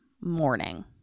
morning